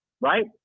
right